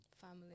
family